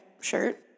shirt